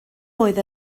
oedd